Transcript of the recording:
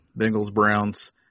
Bengals-Browns